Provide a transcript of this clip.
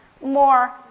more